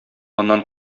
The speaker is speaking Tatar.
аннан